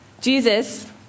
Jesus